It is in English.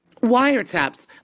Wiretaps